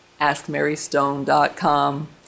AskMaryStone.com